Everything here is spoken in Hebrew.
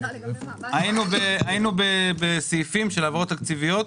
היינו בסעיפים של העברות תקציביות,